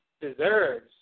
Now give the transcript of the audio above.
deserves